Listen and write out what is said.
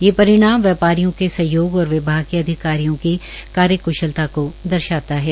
ये परिणाम व्यापारियों के सहयोग और विभाग के अधिकारियों की क्शलता को दर्शाता है